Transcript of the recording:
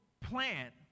plant